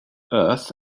earth